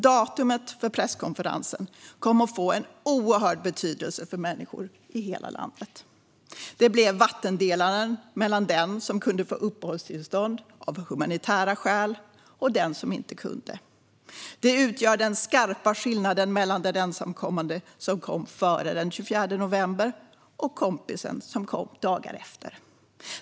Datumet för presskonferensen kom att få en oerhörd betydelse för människor i hela landet. Det blev vattendelaren mellan den som kunde få uppehållstillstånd av humanitära skäl och den som inte kunde. Det utgör den skarpa skillnaden mellan den ensamkommande som kom före den 24 november och kompisen som kom dagar efter.